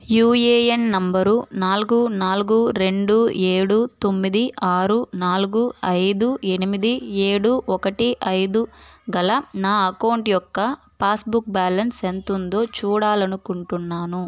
UAN number నాలుగు నాలుగు రెండు ఏడు తొమ్మిది ఆరు నాలుగు ఐదు ఎనిమిది ఏడు ఒకటి దు గల నా అకౌంట్ యొక్క పాస్బుక్ బ్యాలన్స్ ఎంతుందో చూడాలనుకుంటున్నాను